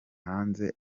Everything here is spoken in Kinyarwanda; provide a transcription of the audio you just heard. hanze